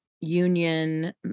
union